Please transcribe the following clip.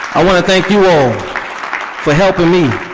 i want to thank you all for helping me,